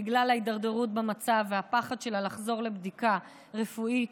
בגלל ההידרדרות במצב והפחד שלה לחזור לבדיקה רפואית,